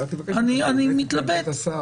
אני רק אבקש מכבוד השר,